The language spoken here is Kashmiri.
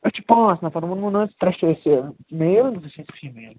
أسۍ چھِ پانٛژ نفر ووٚنمُو نَہ حظ ترٛےٚ چھِ أسۍ یہِ میل زٕ چھِ اسہِ فیٖمیل